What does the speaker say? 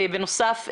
בנוסף,